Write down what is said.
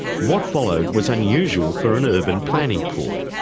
what followed was unusual for an urban planning court.